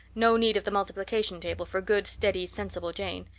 no need of the multiplication table for good, steady, sensible jane!